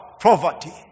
poverty